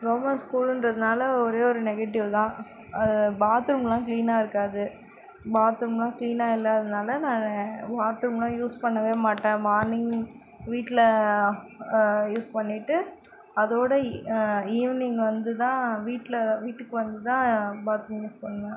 government ஸ்கூலுன்றதால் ஒரே ஒரு நெகட்டிவ் தான் அது பாத்ரூம்லாம் கிளீனாயிருக்காது பாத்ரூம்லாம் கிளீனாக இல்லாததினால நான் பாத்ரூம்லாம் யூஸ் பண்ண மாட்டேன் மார்னிங் வீட்டில் யூஸ் பண்ணிவிட்டு அதோடு ஈவினிங் வந்து தான் வீட்டில் வீட்டுக்கு தான் பாத்ரூம் யூஸ் பண்ணுவேன்